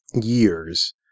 years